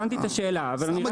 הבנתי את השאלה אני אשלים -- לא,